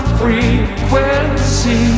frequency